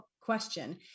question